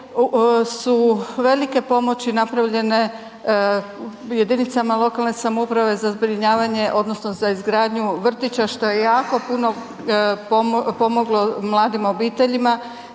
su velike pomoći napravljene jedinicama lokalne samouprave za zbrinjavanje odnosno za izgradnju vrtića što je jako puno pomoglo mladim obiteljima.